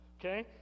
Okay